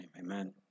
Amen